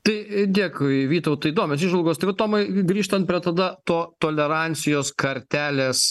tai dėkui vytautai įdomios įžvalgos tai va tomai grįžtant prie tada to tolerancijos kartelės